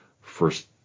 first